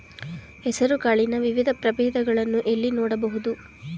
ಹೆಸರು ಕಾಳಿನ ವಿವಿಧ ಪ್ರಭೇದಗಳನ್ನು ಎಲ್ಲಿ ನೋಡಬಹುದು?